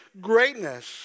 greatness